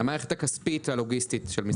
המערכת הכספית הלוגיסטית של משרדי הממשלה.